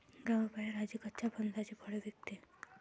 गावाबाहेर आजी कच्च्या फणसाची फळे विकते